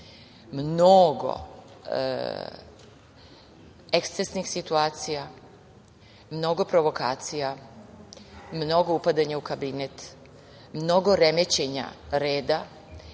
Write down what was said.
Mnogo ekscesnih situacija, mnogo provokacija, mnogo upadanja u Kabinet, mnogo remećenja rada,